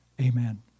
Amen